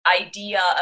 idea